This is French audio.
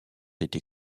été